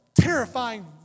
terrifying